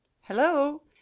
hello